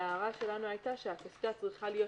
ההערה שלנו היתה שהקסדה צריכה להיות